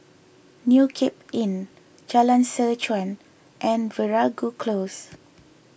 New Cape Inn Jalan Seh Chuan and Veeragoo Close